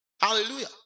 Hallelujah